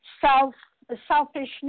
self-selfishness